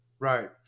Right